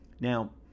Now